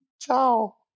ciao